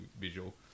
visual